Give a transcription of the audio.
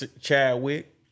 Chadwick